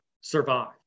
survive